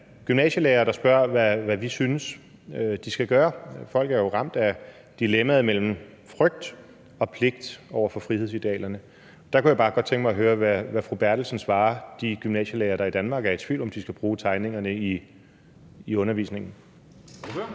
gymnasielærere, der spørger, hvad vi synes de skal gøre. Folk er jo ramt af dilemmaet mellem frygt og pligt over for frihedsidealerne. Der kunne jeg bare godt tænke mig at høre, hvad fru Berthelsen svarer de gymnasielærere i Danmark, der er i tvivl om, hvorvidt de skal bruge tegningerne i undervisningen.